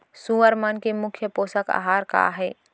सुअर मन के मुख्य पोसक आहार का हे?